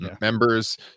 Members